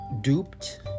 duped